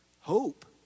Hope